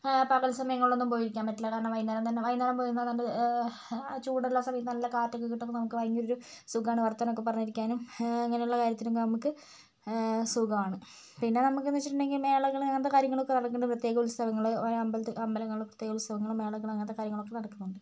പകൽ സമയങ്ങളിൽ ഒന്നും പോയിരിക്കാൻ പറ്റില്ല കാരണം വൈകുന്നേരം തന്നെ വൈകുന്നേരം പോയി ഇരുന്നാൽ തന്നെ ആ ചൂടുള്ള സമയത്ത് നല്ല കാറ്റൊക്കെ കിട്ടുമ്പോൾ ഭയങ്കര ഒരു സുഖമാണ് വർത്തമാനം ഒക്കെ പറഞ്ഞിരിക്കാനും അങ്ങനെയുള്ള കാര്യത്തിനൊക്കെ നമുക്ക് സുഖവാണ് പിന്നെ നമുക്കെന്ന് വച്ചിട്ടുണ്ടെങ്കിൽ മേളകൾ അങ്ങനത്തെ കാര്യങ്ങളൊക്കെ നടക്കുമ്പോഴാണ് കാര്യങ്ങളൊക്കെ നടക്കുമ്പോൾ പ്രത്യേക ഉത്സവങ്ങൾ ഓരോ അമ്പലത്തിൽ അമ്പലങ്ങളിലെ ഉത്സവങ്ങളും മേളകൾ അങ്ങനത്തെ കാര്യങ്ങളൊക്കെ നടക്കുമ്പോഴാണ്